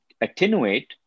attenuate